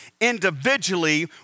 individually